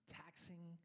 taxing